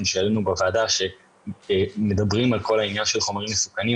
היינו בוועדה שמדברים על חומרים מסוכנים,